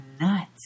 nuts